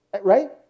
Right